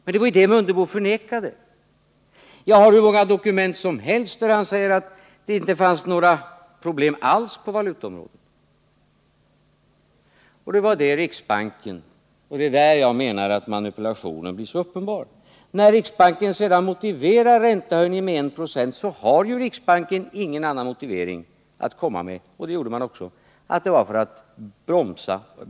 Men det var ju det Ingemar Mundebo förnekade. Jag har hur många dokument som helst där han säger att det inte fanns några problem alls på valutaområdet. När riksbanken sedan motiverar räntehöjningen med 1 96 — och det är där jag menar att manipulationen blir så uppenbar — har riksbanken ingen annan motivering att komma med än att höjningen genomfördes för att bromsa och begränsa valutautflödet. Det var också den motivering som gavs.